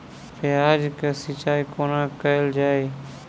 प्याज केँ सिचाई कोना कैल जाए?